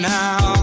now